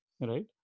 Right